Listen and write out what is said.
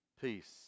peace